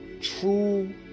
true